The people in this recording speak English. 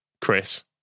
Chris